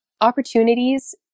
opportunities